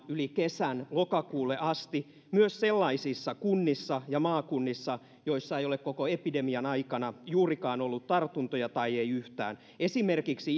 kesän yli lokakuulle asti myös sellaisissa kunnissa ja maakunnissa joissa ei ole koko epidemian aikana juurikaan ollut tartuntoja tai ei yhtään esimerkiksi